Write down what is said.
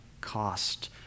cost